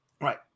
Right